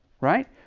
right